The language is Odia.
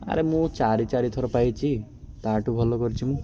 ଆରେ ମୁଁ ଚାରି ଚାରି ଥର ପାଇଚି ତା'ଠୁ ଭଲ କରିଛି ମୁଁ